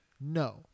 No